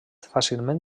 fàcilment